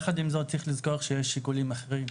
יחד עם זאת, צריך לזכור שיש שיקולים אחרים,